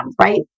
right